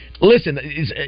Listen